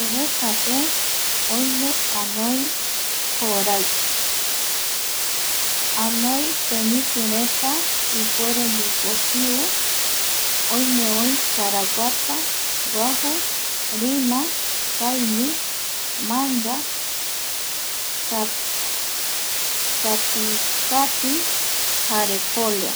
Seretape oime anoi korai anoi temitireta ipuere ndipo siu, oime oi karaguata guaju, rima, saini, manga, ka kapikati jare poleo